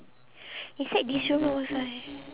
inside this room no WiFi